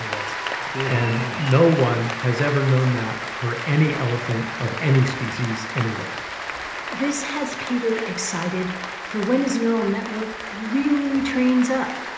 that's cool, yeah and no one has ever known that for any elephant of any species anywhere this has peter excited for when his neural network really trains up.